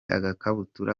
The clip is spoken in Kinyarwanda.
agakabutura